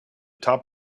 top